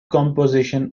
composition